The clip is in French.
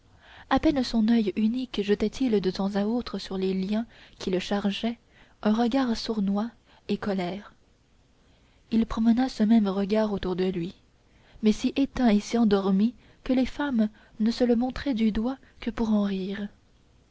à peine son oeil unique jetait il de temps à autre sur les liens qui le chargeaient un regard sournois et colère il promena ce même regard autour de lui mais si éteint et si endormi que les femmes ne se le montraient du doigt que pour en rire